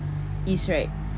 east right